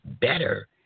better